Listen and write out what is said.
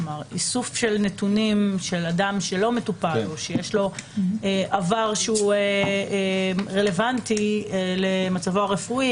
איסוף של נתונים של אדם שלא מטופל או שיש לו עבר שרלוונטי למצבו הרפואי,